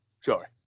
Sorry